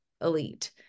elite